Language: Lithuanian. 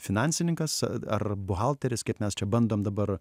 finansininkas ar buhalteris kaip mes čia bandom dabar